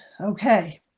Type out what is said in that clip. Okay